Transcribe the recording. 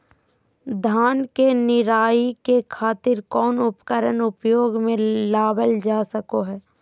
धान के निराई के खातिर कौन उपकरण उपयोग मे लावल जा सको हय?